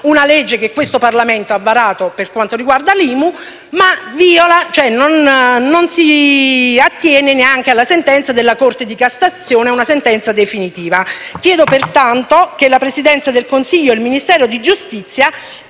una legge che questo Parlamento ha varato per quanto riguarda l'IMU, ma non si attiene neanche alla sentenza della Corte di cassazione, quindi ad una sentenza definitiva. Chiedo pertanto che la Presidenza del Consiglio e il Ministero della giustizia